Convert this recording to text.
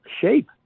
shape